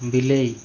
ବିଲେଇ